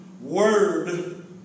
word